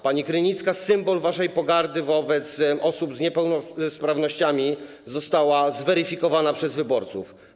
Pani Krynicka, symbol waszej pogardy wobec osób z niepełnosprawnościami, została zweryfikowana przez wyborców.